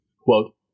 quote